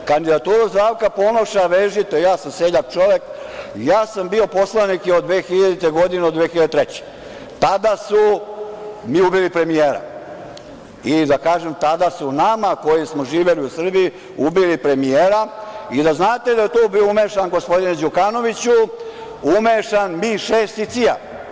Kandidaturu Zdravka Ponoša vežite, ja sam seljak čovek, ja sam bio poslanik od 2000. do 2003. godine, tada su mi ubili premijera i tada su nama koji smo živeli u Srbiji ubili premijera i da znate da je u to bio umešan, gospodine Đukanović, M-6 i CIA.